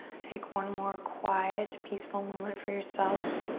take one more quiet, peaceful moment for yourself.